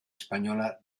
española